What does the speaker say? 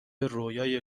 رویای